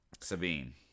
Sabine